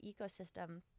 ecosystem